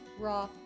raw